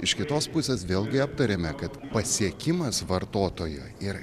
iš kitos pusės vėlgi aptarėme kad pasiekimas vartotojo ir